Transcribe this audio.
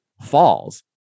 falls